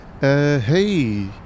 hey